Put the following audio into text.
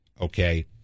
okay